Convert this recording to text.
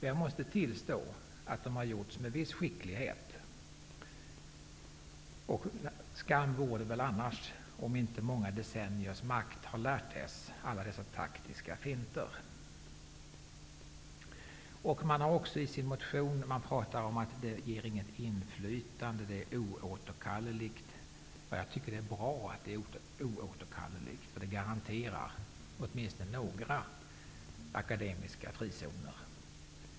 Jag måste tillstå att de har gjorts med viss skicklighet, och skam vore det väl annars om inte många decenniers makt skulle ha lärt Socialdemokraterna alla dessa taktiska finter. Socialdemokraterna talar i sin motion om att detta inte ger något inflytande och att det är oåterkalleligt. Jag tycker att det är bra att det är oåterkalleligt, eftersom det garanterar åtminstone några akademiska frizoner.